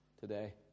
today